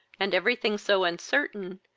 and every thing so uncertain,